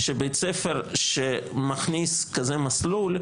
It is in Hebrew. שבית ספר שמכניס כזה מסלול,